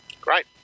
great